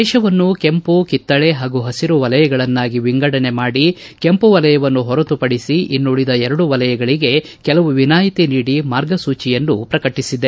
ದೇಶವನ್ನು ಕೆಂಪು ಕಿತ್ತಳೆ ಹಾಗೂ ಹಸಿರು ವಲಯಗಳನ್ನಾಗಿ ವಿಂಗಡನೆ ಮಾಡಿ ಕೆಂಪು ವಲಯವನ್ನು ಹೊರತುಪಡಿಸಿ ಇನ್ನುಳಿದ ಎರಡು ವಲಯಗಳಿಗೆ ಕೆಲವು ವಿನಾಯಿತಿ ನೀಡಿ ಮಾರ್ಗಸೂಚಿಯನ್ನು ಪ್ರಕಟಿಸಿದೆ